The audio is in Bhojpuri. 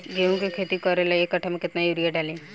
गेहूं के खेती करे ला एक काठा में केतना युरीयाँ डाली?